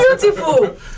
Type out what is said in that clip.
Beautiful